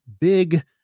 big